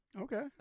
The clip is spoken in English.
Okay